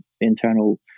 internal